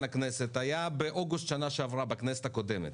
הכנסת היה באוגוסט שנה שעברה בכנסת הקודמת.